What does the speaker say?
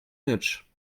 much